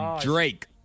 Drake